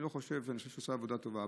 אני חושב שהוא עושה עבודה טובה.